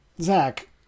Zach